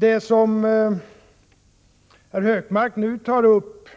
Det som herr Hökmark nu tar upp